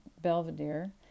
Belvedere